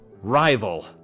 Rival